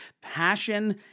Passion